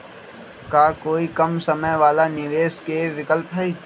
का कोई कम समय वाला निवेस के विकल्प हई?